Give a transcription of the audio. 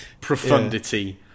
Profundity